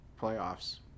playoffs